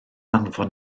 anfon